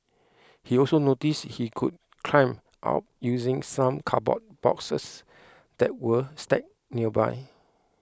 he also noticed he could climb up using some cardboard boxes that were stacked nearby